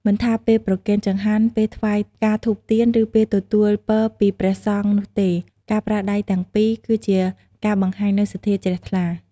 មិនថាពេលប្រគេនចង្ហាន់ ពេលថ្វាយផ្កាធូបទៀន ឬពេលទទួលពរពីព្រះសង្ឃនោះទេ ការប្រើដៃទាំងពីរគឺជាការបង្ហាញនូវសទ្ធាជ្រះថ្លា។